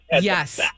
Yes